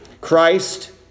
Christ